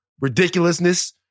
Ridiculousness